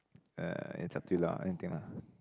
uh it's up to you lah anything lah